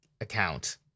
account